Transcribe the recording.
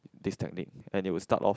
this technique and they will start off